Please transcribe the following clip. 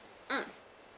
mm